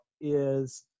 is-